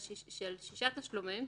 של שישה תשלומים,